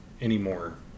anymore